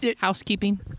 housekeeping